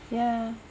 ya